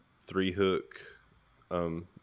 three-hook